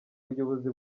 buyobozi